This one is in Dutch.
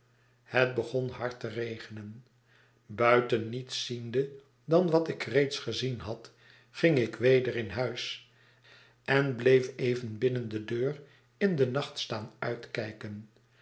het begon hard te regenen buiten niets ziende dan wat ik reeds gezien had ging ik weder in huis en bleef even binnen de deur in den nacht staan uitkijken